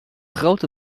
grote